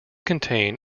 contain